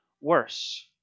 worse